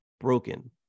broken